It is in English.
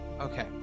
Okay